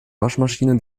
waschmaschine